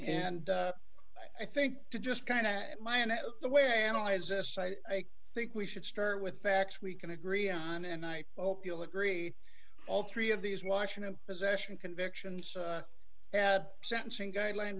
and i think to just kind of my and the way analyze this i think we should start with facts we can agree on and i hope you'll agree all three of these washington possession convictions at sentencing guideline